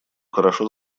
хорошо